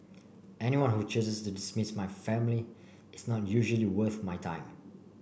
anyone who chooses to dismiss my family is not usually worth my time